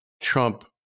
Trump